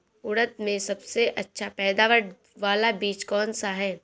उड़द में सबसे अच्छा पैदावार वाला बीज कौन सा है?